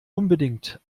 unbedingt